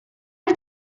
did